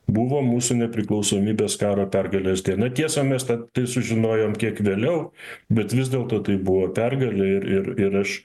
buvo mūsų nepriklausomybės karo pergalės diena tiesa mes tai sužinojom kiek vėliau bet vis dėlto tai buvo pergalė ir ir ir aš